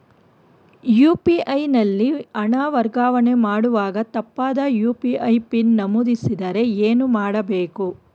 UPI ನಲ್ಲಿ ಹಣ ವರ್ಗಾವಣೆ ಮಾಡುವಾಗ ತಪ್ಪಾದ ಯು.ಪಿ.ಐ ಪಿನ್ ನಮೂದಿಸಿದರೆ ಏನು ಮಾಡಬೇಕು?